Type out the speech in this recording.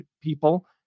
people